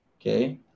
Okay